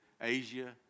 Asia